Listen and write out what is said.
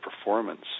performance